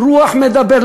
רוח מְדַבֵּר.